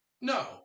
No